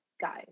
guys